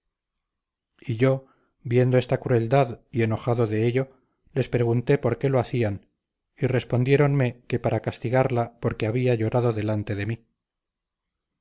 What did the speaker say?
y yo viendo esta crueldad y enojado de ello les pregunté por qué lo hacían y respondiéronme que para castigarla porque había llorado delante de mí